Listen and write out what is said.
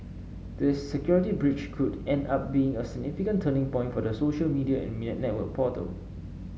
this security breach could end up being a significant turning point for the social media and network portal